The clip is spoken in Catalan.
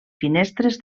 finestres